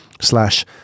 slash